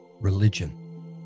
religion